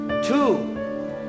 Two